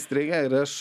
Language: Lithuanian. įstrigę ir aš